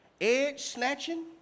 edge-snatching